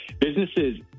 Businesses